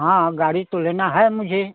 हाँ गाड़ी तो लेना है मुझे